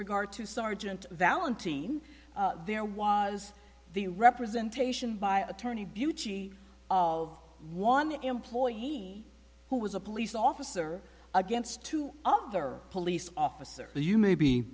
regard to sergeant valentini there was the representation by attorney beauty of one employee who was a police officer against two other police officers but you may be